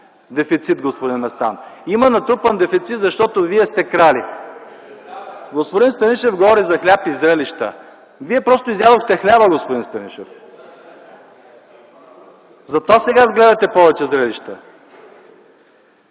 дефицит, има натрупан дефицит, защото Вие сте крали. Господин Станишев говори за хляб и зрелища. Вие просто изядохте хляба, господин Станишев, затова сега гледате повече зрелища.